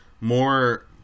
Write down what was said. more